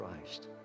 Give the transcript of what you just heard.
Christ